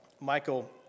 Michael